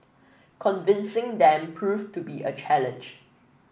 convincing them proved to be a challenge